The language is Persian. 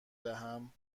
دهم